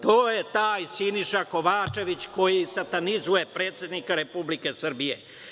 To je taj Siniša Kovačević, koji satanizuje predsednika Republike Srbije.